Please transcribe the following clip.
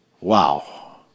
Wow